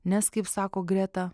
nes kaip sako greta